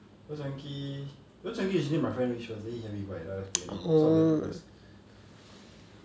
old chang kee old chang kee usually my friend reach first then he help me buy then I paynow so I don't need press